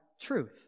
truth